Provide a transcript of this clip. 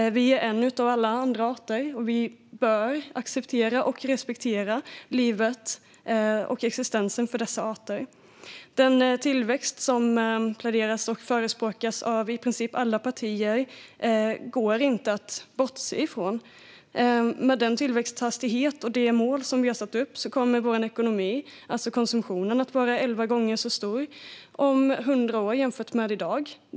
Vi är en av alla arter, och vi bör acceptera och respektera alla arters existens. Det går inte att bortse från den tillväxt som i princip alla partier pläderar för. Med dagens tillväxthastighet och mål kommer konsumtionen om hundra år att vara elva gånger större än i dag.